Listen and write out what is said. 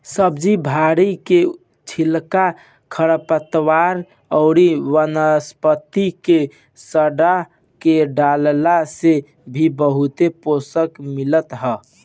सब्जी भाजी के छिलका, खरपतवार अउरी वनस्पति के सड़आ के डालला से भी बहुते पोषण मिलत ह